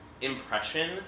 impression